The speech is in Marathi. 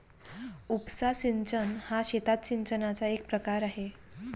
उपसा सिंचन हा शेतात सिंचनाचा एक प्रकार आहे